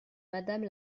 madame